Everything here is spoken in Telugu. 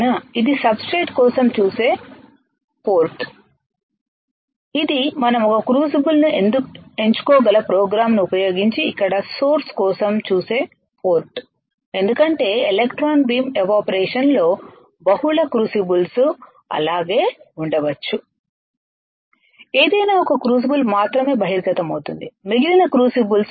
ఇది సబ్స్ట్రేట్ కోసం చూసే పోర్ట్ ఇది మనం ఒక క్రూసిబుల్ను ఎంచుకోగల ప్రోగ్రామ్ను ఉపయోగించి ఇక్కడ సోర్స్ కోసం చూసే పోర్ట్ ఎందుకంటే ఎలక్ట్రాన్ బీమ్ ఎవాపరేషన్ లో బహుళ క్రూసిబుల్స్ అలాగే ఉండవచ్చు ఏదైనా ఒక క్రూసిబుల్ మాత్రమే బహిర్గతమవుతుంది మిగిలిన క్రూసిబుల్స్ కాదు